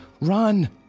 Run